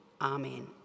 amen